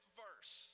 verse